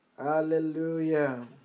Hallelujah